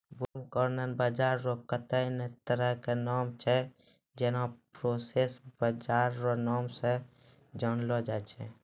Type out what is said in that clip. broomcorn बाजरा रो कत्ते ने तरह के नाम छै जेना प्रोशो बाजरा रो नाम से जानलो जाय छै